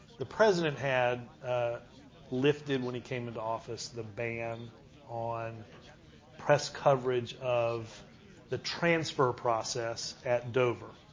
the president had lifted when he came into office the ban on press coverage of the transfer process at dover.